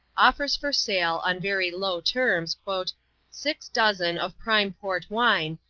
offers for sale, on very low terms, six dozen of prime port wine,